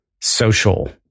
social